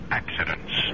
accidents